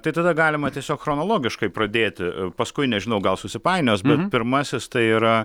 tai tada galima tiesiog chronologiškai pradėti paskui nežinau gal susipainios bet pirmasis tai yra